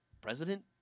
president